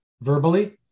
verbally